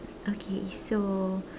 okay so